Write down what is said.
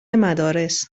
مدارس